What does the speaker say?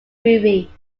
movie